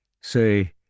Say